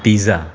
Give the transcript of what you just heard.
pizza